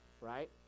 Right